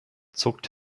zuckt